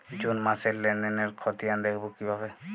June মাসের লেনদেনের খতিয়ান দেখবো কিভাবে?